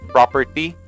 Property